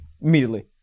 immediately